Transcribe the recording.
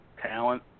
talent